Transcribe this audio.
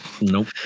nope